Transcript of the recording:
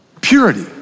Purity